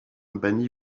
banni